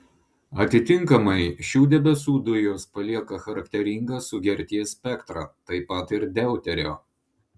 atitinkamai šių debesų dujos palieka charakteringą sugerties spektrą taip pat ir deuterio